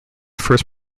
first